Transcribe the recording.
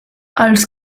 els